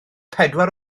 pedwar